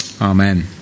Amen